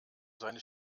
seine